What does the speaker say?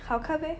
好看 meh